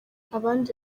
abandi